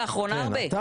לאחרונה הרבה.